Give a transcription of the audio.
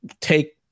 take